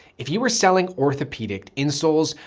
if you were selling orthopedic insoles,